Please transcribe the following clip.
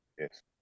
Yes